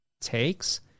takes